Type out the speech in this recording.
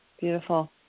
Beautiful